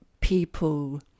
people